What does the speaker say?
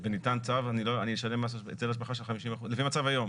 וניתן צו, לפי המצב היום